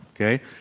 okay